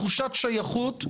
תחושת שייכות,